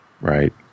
Right